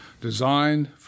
designed